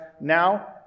Now